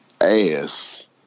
ass